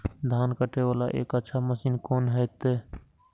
धान कटे वाला एक अच्छा मशीन कोन है ते?